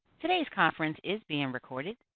today's conference is being and recorded.